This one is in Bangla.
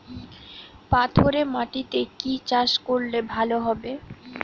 পাথরে মাটিতে কি চাষ করলে ভালো হবে?